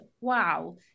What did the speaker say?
wow